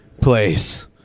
place